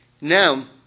Now